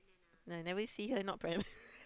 like never see her not pregnant